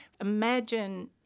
imagine